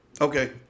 Okay